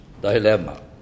dilemma